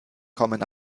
kommen